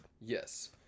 Yes